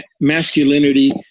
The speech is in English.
masculinity